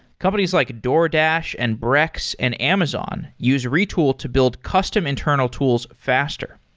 companies like a doordash, and brex, and amazon use retool to build custom internal tools faster.